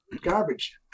garbage